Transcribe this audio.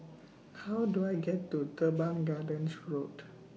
How Do I get to Teban Gardens Road